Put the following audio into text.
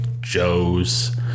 Joe's